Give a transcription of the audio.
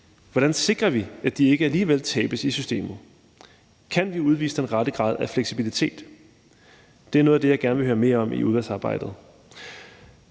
Hvordan sikrer vi, at de ikke alligevel tabes i systemet? Kan vi udvise den rette grad af fleksibilitet? Det er noget af det, jeg gerne vil høre mere om i udvalgsarbejdet.